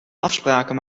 afspraken